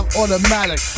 automatic